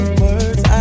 words